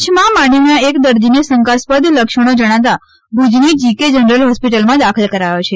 કચ્છમાં માંડવીના એક દર્દીને શંકાસ્પદ લક્ષણો જણાતાં ભૂજની જીકે જનરલ હોસ્પિટલમાં દાખલ કરાયો છે